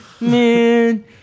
Man